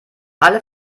alle